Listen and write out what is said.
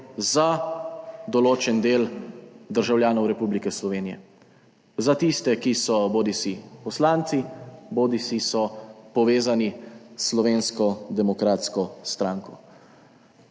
za določen del državljanov Republike Slovenije, za tiste, ki so bodisi poslanci bodisi povezani s Slovensko demokratsko stranko.